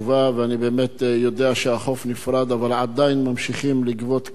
ואני באמת יודע שהחוף נפתח אבל עדיין ממשיכים לגבות כסף.